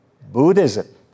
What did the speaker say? Buddhism